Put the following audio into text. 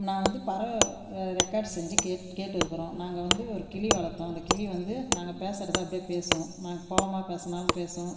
நான் வந்து பறவை ரெக்கார்ட் செஞ்சு கே கேட்டிருக்குறோம் நாங்கள் வந்து ஒரு கிளி வளர்த்தோம் அந்த கிளி வந்து நாங்கள் பேசுறத அப்படியே பேசும் நாங்கள் கோவமாக பேசினாலும் பேசும்